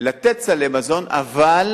היא לתת סלי מזון, אבל